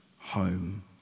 home